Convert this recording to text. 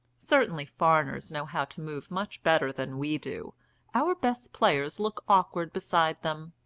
certainly foreigners know how to move much better than we do our best players look awkward beside them.